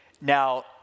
Now